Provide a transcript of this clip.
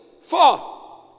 four